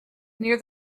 near